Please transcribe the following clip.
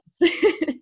Yes